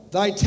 thy